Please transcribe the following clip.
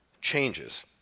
changes